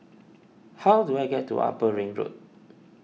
how do I get to Upper Ring Road